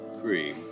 cream